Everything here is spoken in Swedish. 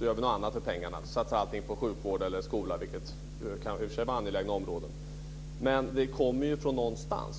gör vi något annat för pengarna. Vi kan t.ex. satsa allting på sjukvård eller skola, vilket i och för sig kan vara angelägna områden. Men det kommer ju någonstans ifrån.